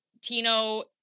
tino